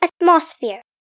atmosphere